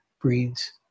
breeds